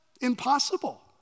impossible